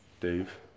Dave